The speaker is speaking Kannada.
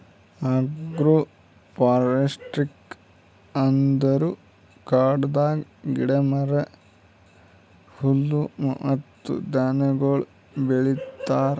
ಆಗ್ರೋ ಫಾರೆಸ್ಟ್ರಿ ಅಂದುರ್ ಕಾಡದಾಗ್ ಗಿಡ, ಮರ, ಹುಲ್ಲು ಮತ್ತ ಧಾನ್ಯಗೊಳ್ ಬೆಳಿತಾರ್